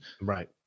Right